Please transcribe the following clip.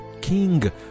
king